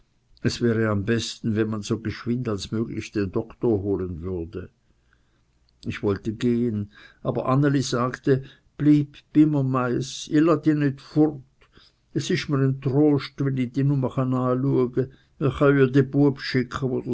es wäre am besten wenn man so geschwind als möglich den doktor holen würde ich wollte gehen aber anneli sagte blyb bi mr meiß i lah di nit furt es isch mr e trost we